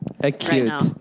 Acute